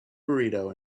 burrito